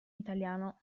italiano